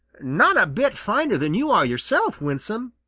not a bit finer than you are yourself, winsome,